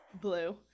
blue